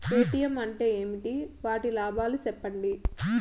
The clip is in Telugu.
ఎ.టి.ఎం అంటే ఏమి? వాటి లాభాలు సెప్పండి